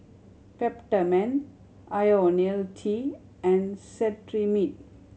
Peptamen Ionil T and Cetrimide